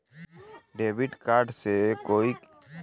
debit card से कोई के खाता में जामा पइसा के लेन देन हो सकेला